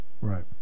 Right